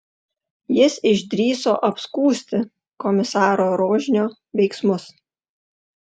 jis išdrįso apskųsti komisaro rožnio veiksmus